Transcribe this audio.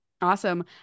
Awesome